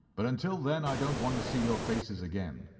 but until then i don't want to see your faces again.